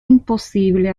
imposible